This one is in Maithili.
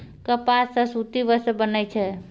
कपास सॅ सूती वस्त्र बनै छै